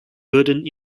würden